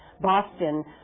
Boston